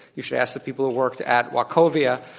you should ask the people who worked at wachovia,